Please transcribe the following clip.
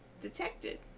detected